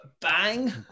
Bang